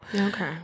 okay